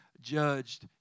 judged